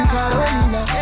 Carolina